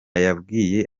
yabwiye